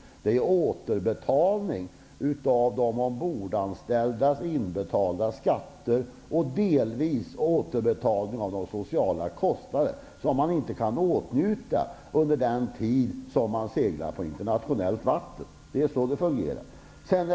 Vad det handlar om är återbetalning av de ombordanställdas inbetalda skatter och delvis återbetalning av kostnader för sociala förmåner som de anställda inte kan åtnjuta under den tid som de seglar på internationellt vatten. Det är så det fungerar. Tom